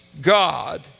God